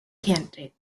candidates